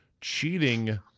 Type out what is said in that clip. cheating